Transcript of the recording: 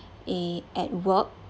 eh at work